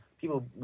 people